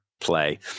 play